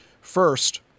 First